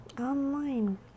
Online